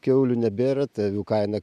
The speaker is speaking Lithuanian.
kiaulių nebėra tai avių kaina